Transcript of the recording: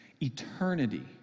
Eternity